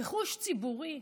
רכוש ציבורי,